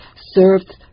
served